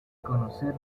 conocer